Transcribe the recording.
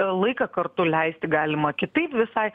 laiką kartu leisti galima kitaip visai